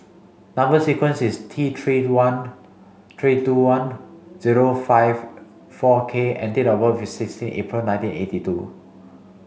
number sequence is T three one three two one zero five four K and date of birth is sixteen April nineteen eighty two